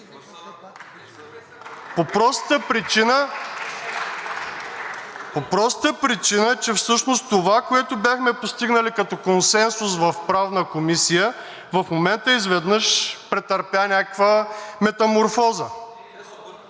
по простата причина, че всъщност това, което бяхме постигнали като консенсус в Правната комисия, в момента изведнъж претърпя някаква метаморфоза.